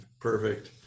Perfect